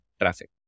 traffic